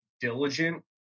diligent